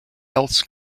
else